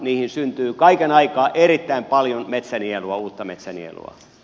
niihin syntyy kaiken aikaa erittäin paljon uutta metsänielua